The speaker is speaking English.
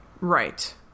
Right